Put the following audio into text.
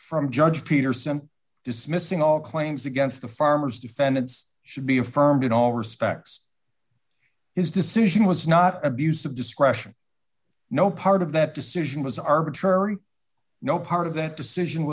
from judge peterson dismissing all claims against the farmers defendants should be affirmed in all respects his decision was not abuse of discretion no part of that decision was arbitrary no part of that decision